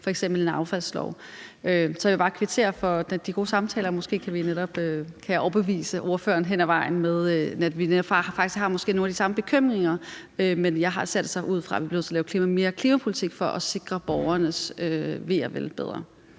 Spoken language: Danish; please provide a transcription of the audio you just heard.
f.eks. en affaldslov. Så jeg vil bare kvittere for de gode samtaler, og måske kan jeg overbevise ordføreren hen ad vejen om, at vi faktisk har nogle af de samme bekymringer. Jeg ser det så ud fra, at vi bliver nødt til at lave noget mere klimapolitik for at sikre borgernes ve og vel bedre.